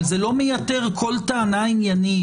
אבל זה לא מייתר כל טענה עניינית.